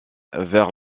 vers